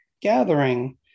gathering